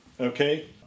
okay